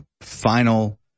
final